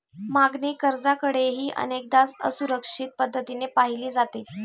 मागणी कर्जाकडेही अनेकदा असुरक्षित पद्धतीने पाहिले जाते